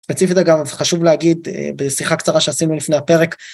ספציפית אגב, חשוב להגיד בשיחה קצרה שעשינו לפני הפרק.